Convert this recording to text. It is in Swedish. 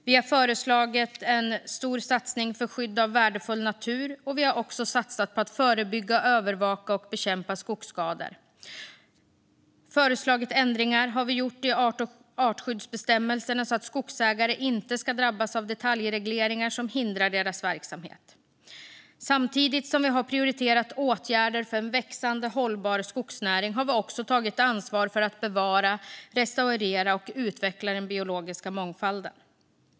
Vi har föreslagit en stor satsning för skydd av värdefull natur. Vi har också satsat på att förebygga, övervaka och bekämpa skogsskador och föreslagit ändringar i artskyddsbestämmelserna så att skogsägare inte ska drabbas av detaljregleringar som hindrar deras verksamhet. Samtidigt som vi har prioriterat åtgärder för en växande hållbar skogsnäring har vi också tagit ansvar för att bevara, restaurera och utveckla den biologiska mångfalden.